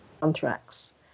contracts